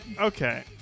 Okay